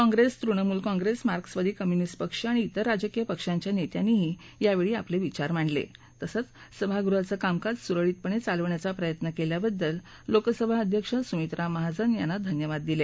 Congress Trinamool Congress मार्क्सवादी communist पक्ष आणि शिवेर राजकीय पक्षांचया नेत्यांनीही यावेळी आपले विचार मांडले तसंच सभागृहाचं कामकाज सुरळीतपणे चालवण्याचा प्रयत्न केल्याबद्दल लोकसभा अध्यक्ष सुमित्रा महाजन यांना धन्यवाद दिले